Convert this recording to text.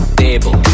table